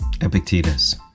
epictetus